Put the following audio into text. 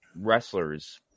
wrestlers